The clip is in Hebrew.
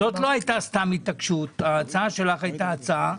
זאת לא הייתה סתם התעקשות, ההצעה שלך הייתה הצעה,